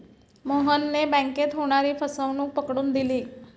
मोहनने बँकेत होणारी फसवणूक पकडून दिली